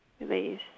release